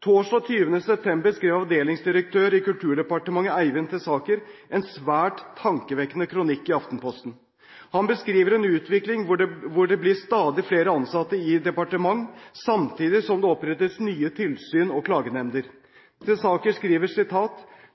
Torsdag 20. september skrev avdelingsdirektør i Kulturdepartementet Eivind Tesaker en svært tankevekkende kronikk i Aftenposten. Han beskriver en utvikling hvor det blir stadig flere ansatte i departementet, samtidig som det opprettes nye tilsyn og klagenemnder. Tesaker skriver: